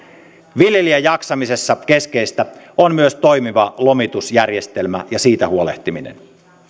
viljelijän jaksamisessa keskeistä on myös toimiva lomitusjärjestelmä ja siitä huolehtiminen